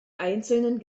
einzelnen